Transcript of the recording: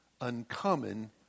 uncommon